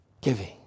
Giving